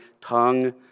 tongue